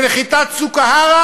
ונחיתת צוקהרה,